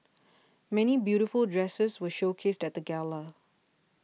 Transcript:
many beautiful dresses were showcased at the gala